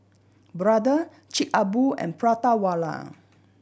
Brother Chic a Boo and Prata Wala